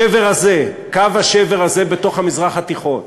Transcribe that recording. השבר הזה, קו השבר הזה בתוך המזרח התיכון,